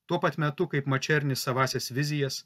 tuo pat metu kaip mačernis savąsias vizijas